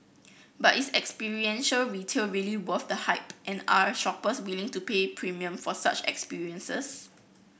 but is experiential retail really worth the hype and are shoppers willing to pay premium for such experiences